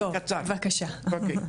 טוב, בבקשה.